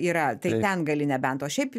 yra tai ten gali nebent o šiaip